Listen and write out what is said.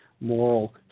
moral